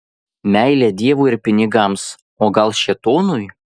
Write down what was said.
meilė dievui ir pinigams o gal šėtonui